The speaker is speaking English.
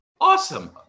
awesome